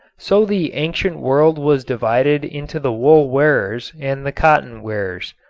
so the ancient world was divided into the wool-wearers and the cotton-wearers.